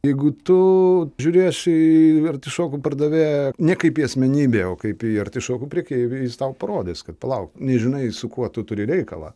jeigu tu žiūrėsi artišokų pardavėją ne kaip į asmenybę o kaip į artišokų prekeivį jis tau parodys kad palauk nežinai su kuo tu turi reikalą